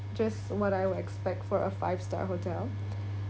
just what I would expect for a five star hotel